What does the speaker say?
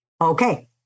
Okay